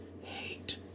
hate